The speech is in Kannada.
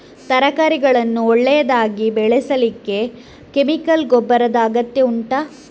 ತರಕಾರಿಗಳನ್ನು ಒಳ್ಳೆಯದಾಗಿ ಬೆಳೆಸಲಿಕ್ಕೆ ಕೆಮಿಕಲ್ ಗೊಬ್ಬರದ ಅಗತ್ಯ ಉಂಟಾ